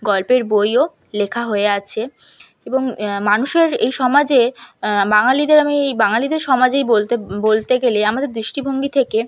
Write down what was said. গল্পের বইও লেখা হয়ে আছে এবং মানুষের এই সমাজে বাঙালিদের আমি এই বাঙালিদের সমাজেই বলতে গেলে আমাদের দৃষ্টিভঙ্গি থেকে